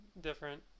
different